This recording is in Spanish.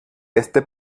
este